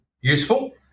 useful